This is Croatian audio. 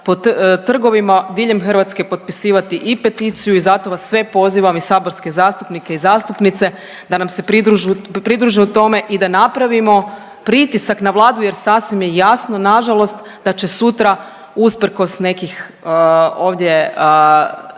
po trgovima diljem Hrvatske potpisivati i peticiju i zato vas sve pozivam i saborske zastupnike i zastupnice da nam se pridružu, pridruže tome i da napravimo pritisak na Vladu jer sasvim je jasno nažalost da će sutra usprkos nekih ovdje